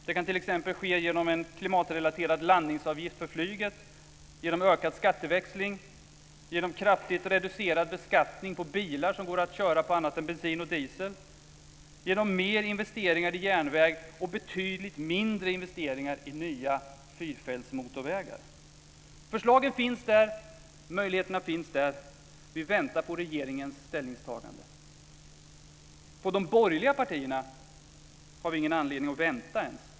Det kan t.ex. ske genom en klimatrelaterad landningsavgift för flyget, genom ökad skatteväxling, genom kraftigt reducerad beskattning på bilar som går att köra på annat än bensin och diesel, genom mer investeringar i järnväg och betydligt mindre investeringar i nya fyrfältsmotorvägar. Förslagen finns där. Möjligheterna finns där. Vi väntar på regeringens ställningstagande. På de borgerliga partierna har vi ingen anledning att vänta.